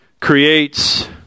creates